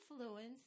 influence